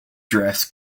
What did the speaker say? dress